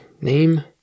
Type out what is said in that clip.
name